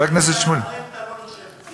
הרנטה לא נחשבת.